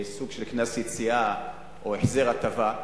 סוג של קנס יציאה, או החזר הטבה.